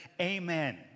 amen